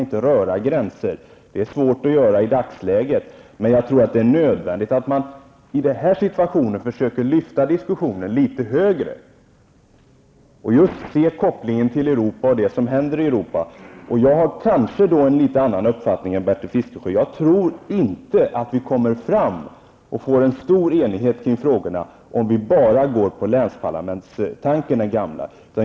Det är svårt i dagsläget att röra gränser, men jag tror att det är nödvändigt att man i den här situationen försöker lyfta diskussionen litet högre och se kopplingen till Europa och det som händer där. Jag har kanske en något annan uppfattning än Bertil Fiskesjö. Jag tror inte att vi når fram och får en stor enighet kring frågorna om vi enbart ser till det gamla förslaget om länsparlament.